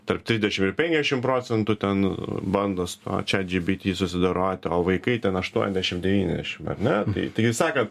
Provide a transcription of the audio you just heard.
tarp trisdešim ir penkiadešim procentų ten bando su tuo chat gpt susidorot o vaikai ten aštuoniasdešim devyniasdešim ar ne tai tai jūs sakėt